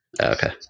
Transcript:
Okay